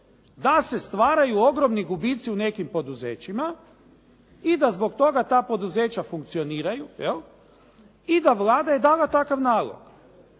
da se stvaraju ogromni gubici u nekim poduzećima i da zbog toga ta poduzeća funkcioniraju jel', i da je Vlada dala takav nalog.